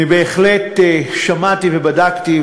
אני בהחלט שמעתי ובדקתי,